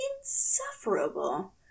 insufferable